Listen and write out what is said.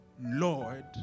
Lord